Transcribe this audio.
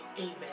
amen